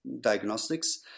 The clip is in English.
diagnostics